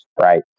Right